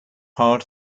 part